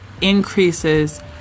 increases